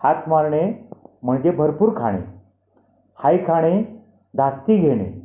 हात मारणे म्हणजे भरपूर खाणे हाय खाणे धास्ती घेणे